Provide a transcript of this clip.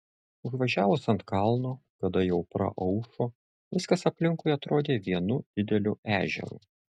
užvažiavus ant kalno kada jau praaušo viskas aplinkui atrodė vienu dideliu ežeru